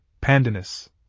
pandanus